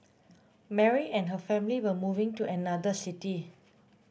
Mary and her family were moving to another city